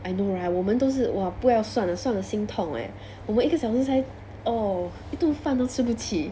I know right 我们都是 !wah! 不要算了算了心痛 eh 我们一个小时才 oh 一顿饭都吃不起